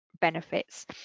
benefits